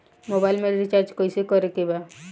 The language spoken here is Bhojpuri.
मोबाइल में रिचार्ज कइसे करे के बा?